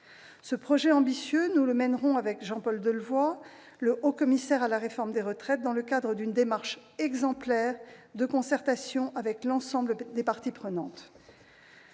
Ce projet ambitieux, nous le mènerons avec Jean-Paul Delevoye, haut-commissaire à la réforme des retraites, dans le cadre d'une démarche exemplaire de concertation avec l'ensemble des parties prenantes.